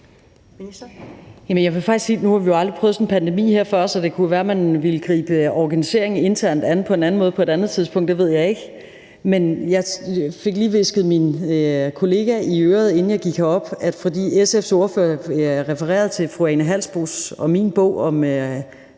jeg vil faktisk sige, at nu har vi jo aldrig prøvet sådan en pandemi her, så det kunne jo være, at man ville gribe organiseringen internt an på en anden måde på et andet tidspunkt; det ved jeg ikke. Men jeg fik lige hvisket min kollega i øret, inden jeg gik herop, for SF's ordfører refererede til min og fru Ane Halsboe-Jørgensens bog om